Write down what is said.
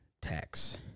tax